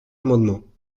amendement